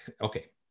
Okay